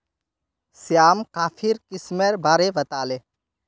श्याम कॉफीर किस्मेर बारे बताले